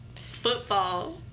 football